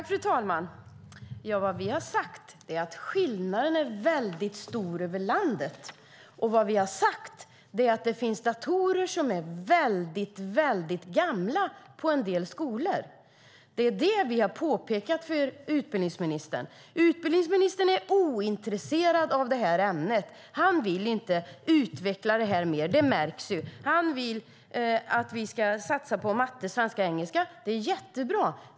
Fru talman! Vad vi har sagt är att skillnaden mellan skolor är väldigt stor över landet. Vad vi har sagt är att det finns datorer som är väldigt gamla på en del skolor. Det är det vi har påpekat för utbildningsministern. Utbildningsministern är ointresserad av det här ämnet. Han vill inte utveckla det mer - det märks. Han vill att vi ska satsa på matte, svenska och engelska, och det är jättebra.